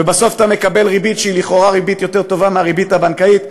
ובסוף אתה מקבל ריבית שהיא לכאורה ריבית יותר טובה מהריבית הבנקאית,